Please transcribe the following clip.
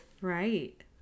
Right